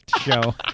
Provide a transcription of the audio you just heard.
show